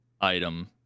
item